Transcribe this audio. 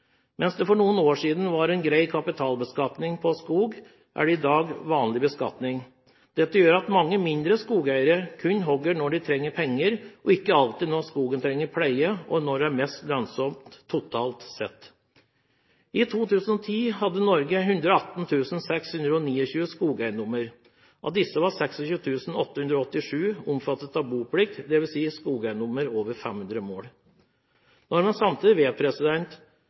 Mens det for noen år siden var en grei kapitalbeskatning på skog, er det i dag vanlig beskatning. Dette gjør at mange mindre skogeiere kun hogger når de trenger penger, og ikke alltid når skogen trenger pleie og når det er mest lønnsomt totalt sett. I 2010 hadde Norge 118 629 skogeiendommer. Av disse var 26 887 omfattet av boplikt, dvs. skogeiendommer over 500 mål. Når man samtidig vet